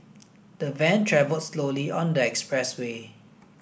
the van travelled slowly on the expressway